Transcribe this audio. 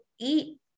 eat